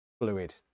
fluid